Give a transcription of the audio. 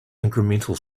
incremental